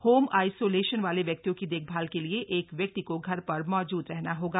home isolation वाले व्यक्तियों की देखभाल के लिए एक व्यक्ति को घर पर मौजूद रहना होगा